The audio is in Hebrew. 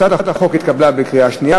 הצעת החוק התקבלה בקריאה שנייה,